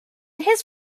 his